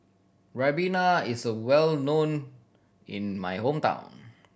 Ribena is well known in my hometown